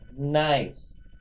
Nice